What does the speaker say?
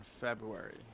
February